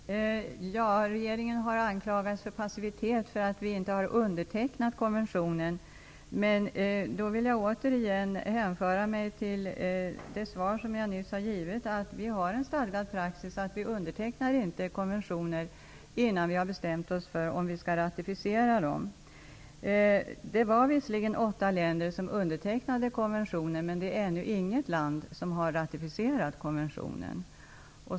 Fru talman! Regeringen har anklagats för passivitet därför att vi i regeringen inte har undertecknat konventionen. Jag hänför mig dock till det svar som jag nyss givit, nämligen att vi har en stadgad praxis att inte underteckna konventioner innan vi har bestämt oss för att ratificera dem. Visserligen var det åtta länder som undertecknade konventionen, men ännu har inget land ratificerat konventionen.